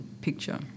picture